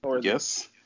Yes